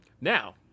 Now